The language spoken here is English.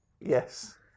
Yes